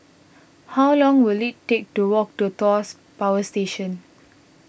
how long will it take to walk to Tuas Power Station